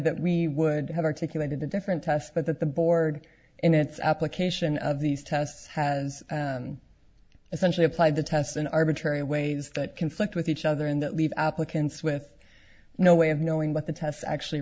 that we would have articulated a different test but that the board in its application of these tests has essentially applied the test an arbitrary ways that conflict with each other and that leaves applicants with no way of knowing what the tests actually